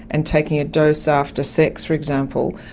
and taking a dose after sex, for example,